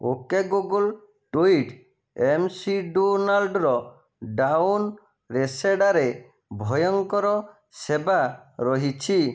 okay Google tweet M C ଡୋନାଲ୍ଡର down ରେସେଡ଼ାରେ ଭୟଙ୍କର ସେବା ରହିଛି